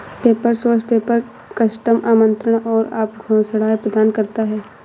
paper source paper, custom आमंत्रण और घोषणाएं प्रदान करता है